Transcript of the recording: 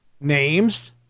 names